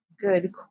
good